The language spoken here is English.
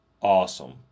awesome